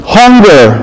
hunger